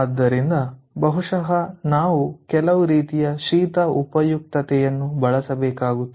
ಆದ್ದರಿಂದ ಬಹುಶಃ ನಾವು ಕೆಲವು ರೀತಿಯ ಶೀತ ಉಪಯುಕ್ತತೆಯನ್ನು ಬಳಸಬೇಕಾಗುತ್ತದೆ